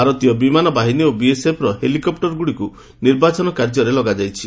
ଭାରତୀୟ ବିମାନ ବାହିନୀ ଓ ବିଏସ୍ଏଫ୍ର ହେଲିକପ୍ଟରଗୁଡ଼ିକୁ ନିର୍ବାଚନ କାର୍ଯ୍ୟରେ ଲଗାଯାଇଛି